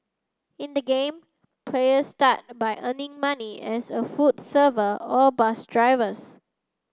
in the game players start by earning money as a food server or bus drivers